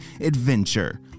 adventure